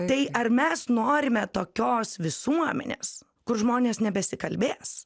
tai ar mes norime tokios visuomenės kur žmonės nebesikalbės